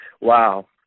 Wow